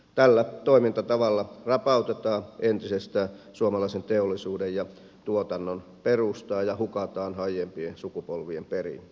tällä toimintatavalla rapautetaan entisestään suomalaisen teollisuuden ja tuotannon perustaa ja hukataan aiempien sukupolvien perintö